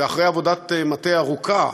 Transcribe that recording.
ואחרי עבודת מטה ארוכה,